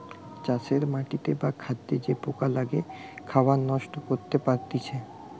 চাষের মাটিতে বা খাদ্যে যে পোকা লেগে খাবার নষ্ট করতে পারতিছে